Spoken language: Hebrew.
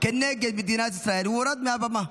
כנגד מדינת ישראל הוא הורד מהבמה.